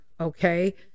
okay